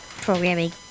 programming